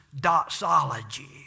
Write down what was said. doxology